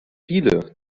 viele